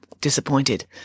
disappointed